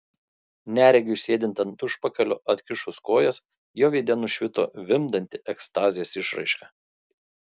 neregiui sėdint ant užpakalio atkišus kojas jo veide nušvito vimdanti ekstazės išraiška